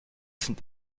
sind